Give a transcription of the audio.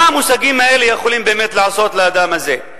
מה המושגים האלה יכולים לעשות לאדם הזה?